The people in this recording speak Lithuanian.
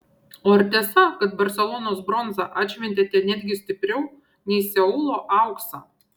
o ar tiesa kad barselonos bronzą atšventėte netgi stipriau nei seulo auksą